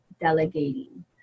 delegating